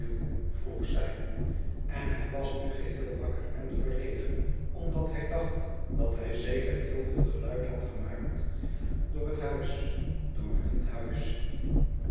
vroeg zij en hij was nu geheel wakker en verlegen omdat hij dacht dat hij zeker heel veel geluid had gemaakt door het huis door hun huis